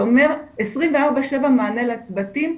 זה אומר 24/7 מענה לצוותים,